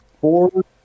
four